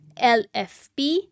lfp